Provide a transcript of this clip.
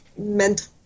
mental